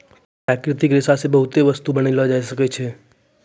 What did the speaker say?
प्राकृतिक रेशा से बहुते बस्तु बनैलो जाय छै